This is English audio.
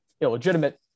illegitimate